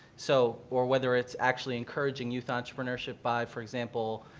so or whether it's actually encouraging youth entrepreneurship by, for example,